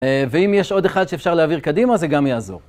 ואם יש עוד אחד שאפשר להעביר קדימה, זה גם יעזור.